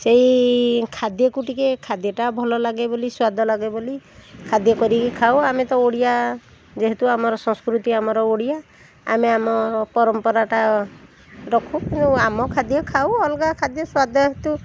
ସେହି ଖାଦ୍ୟକୁ ଟିକେ ଖାଦ୍ୟଟା ଭଲ ଲାଗେ ବୋଲି ସ୍ୱାଦ ଲାଗେ ବୋଲି ଖାଦ୍ୟ କରିକି ଖାଉ ଆମେ ତ ଓଡ଼ିଆ ଯେହେତୁ ଆମର ସଂସ୍କୃତି ଆମର ଓଡ଼ିଆ ଆମେ ଆମ ପରମ୍ପରାଟା ରଖୁ ଆମ ଖାଦ୍ୟ ଖାଉ ଅଲଗା ଖାଦ୍ୟ ସ୍ୱାଦ ହେତୁ